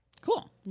Cool